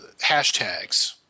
hashtags